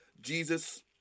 Jesus